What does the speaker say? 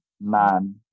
man